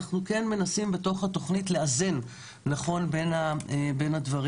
אנחנו כן מנסים בתוך התוכנית לאזן נכון בין הדברים.